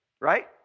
Right